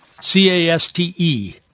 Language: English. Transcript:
C-A-S-T-E